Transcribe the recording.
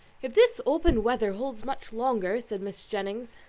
if this open weather holds much longer, said mrs. jennings,